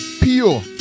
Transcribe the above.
pure